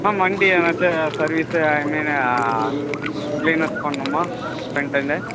ma'am வண்டி எதனாச்சும் service ஐ மீனு க்ளீன் ஒர்க் பண்ணணுமா ஃப்ரெண்ட் சைடு